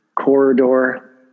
corridor